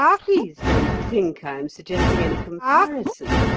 please don't think i am suggesting any comparison,